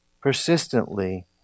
persistently